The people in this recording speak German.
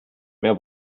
mehr